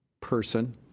person